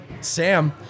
Sam